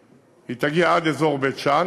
היא תגיע עד אזור בית-שאן,